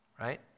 Right